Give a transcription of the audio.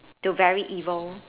to very evil